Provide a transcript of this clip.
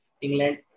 England